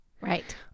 Right